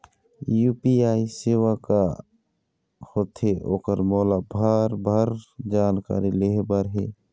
UPI सेवा का होथे ओकर मोला भरभर जानकारी लेहे बर हे?